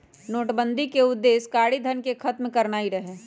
नोटबन्दि के उद्देश्य कारीधन के खत्म करनाइ रहै